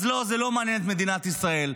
אז לא, זה לא מעניין את מדינת ישראל.